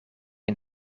een